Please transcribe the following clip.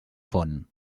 font